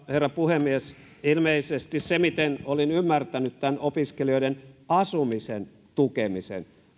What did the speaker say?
herra puhemies ilmeisesti se miten olin ymmärtänyt tämän opiskelijoiden asumisen tukemisen